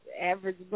average